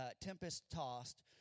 tempest-tossed